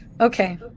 Okay